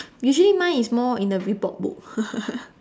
usually mine is more in the report book